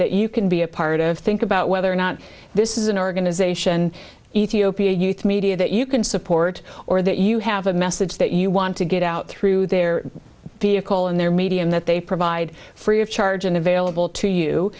that you can be a part of think about whether or not this is an organization ethiopia youth media that you can support or that you have a message that you want to get out through their vehicle and their medium that they provide free of charge and available to you